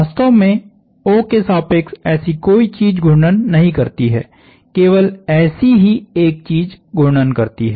वास्तव में O के सापेक्ष ऐसी कोई चीज घूर्णन नहीं करती है केवल ऐसी ही एक चीज घूर्णन करती है